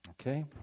Okay